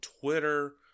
Twitter